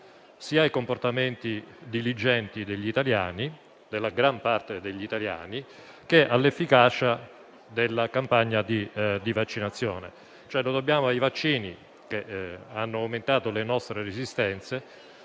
sia ai comportamenti diligenti della gran parte degli italiani sia all'efficacia della campagna di vaccinazione. Lo dobbiamo cioè ai vaccini, che hanno aumentato le nostre resistenze